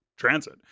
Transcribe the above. transit